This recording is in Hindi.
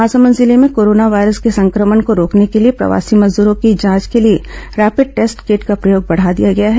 महासमुंद जिले में कोरोना वायरस के संक्रमण को रोकने के लिए प्रवासी मजदूरों की जांच के लिए रैपिड टेस्ट किट कॉ प्रयोग बढ़ा दिया गया है